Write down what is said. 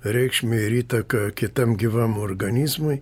reikšmę ir įtaką kitam gyvam organizmui